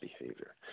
behavior